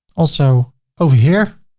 also over here,